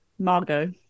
Margot